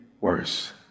worse